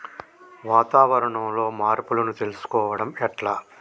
వాతావరణంలో మార్పులను తెలుసుకోవడం ఎట్ల?